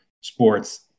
sports